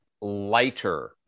lighter